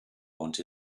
want